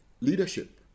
Leadership